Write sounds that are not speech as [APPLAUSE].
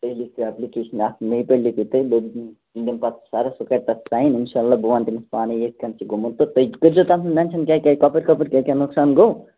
تُہۍ لیکھِو اٮ۪پلِکیشَن اَکھ [UNINTELLIGIBLE] پٮ۪ٹھ لیکھِو تُہۍ [UNINTELLIGIBLE] پتہٕ سَرس سُہ کَرِ تَتھ ساین اِنشاء اللہ بہٕ وَنہٕ تٔمِس پانَے یِتھ کٔنۍ چھِ گوٚمُت تہٕ تُہۍ کٔرۍزیو تَتھ منٛز مٮ۪نشن تۄہہِ کیٛاہ کیٛاہ کَپٲرۍ کَپٲرۍ کیٛاہ کیٛاہ نۄقصان گوٚو